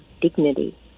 dignity